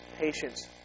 patience